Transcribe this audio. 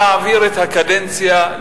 זה להעביר את הקדנציה,